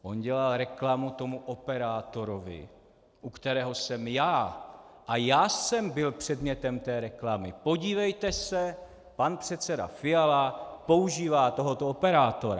On dělal tomu operátorovi, u kterého jsem já, a já jsem byl předmětem té reklamy: Podívejte se, pan předseda Fiala používá tohoto operátora.